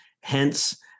Hence